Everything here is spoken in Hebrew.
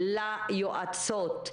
ליועצות,